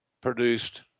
produced